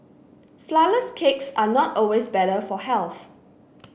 flourless cakes are not always better for health